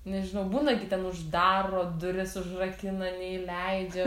nežinau būna gi ten uždaro duris užrakina neįleidžia